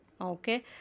okay